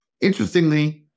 Interestingly-